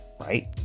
right